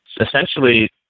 essentially